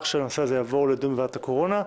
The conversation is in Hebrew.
שהנושא הזה יעבור לדיון בוועדת הקורונה.